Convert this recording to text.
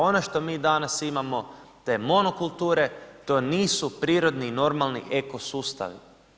Ono to mi danas imamo, te monokulture, to nisu prirodni i normalni eko-sustavi.